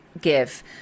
give